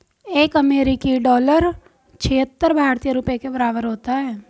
एक अमेरिकी डॉलर छिहत्तर भारतीय रुपये के बराबर होता है